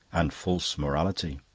and false morality.